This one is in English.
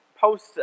post